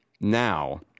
Now